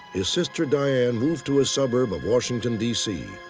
his sister diane moved to a suburb of washington dc.